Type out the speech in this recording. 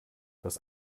hast